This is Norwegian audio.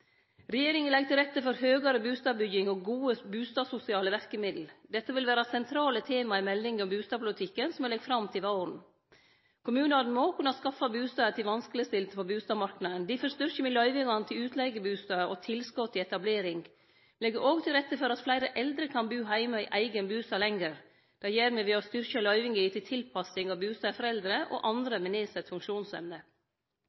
Regjeringa legg til rette for høgare bustadbygging og gode bustadsosiale verkemiddel. Dette vil vere sentrale tema i meldinga om bustadpolitikken som me legg fram til våren. Kommunane må kunne skaffe bustader til vanskelegstilte på bustadmarknaden. Difor styrkjer me løyvingane til utleigebustader og tilskot til etablering. Me legg òg til rette for at fleire eldre kan bu heime i eigen bustad lenger. Det gjer me ved å styrkje løyvinga til tilpassing av bustader for eldre og